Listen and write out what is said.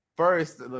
First